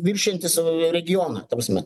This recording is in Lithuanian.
viršijantį savo regioną ta prasme